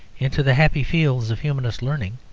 into the happy fields of humanist learning.